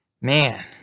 Man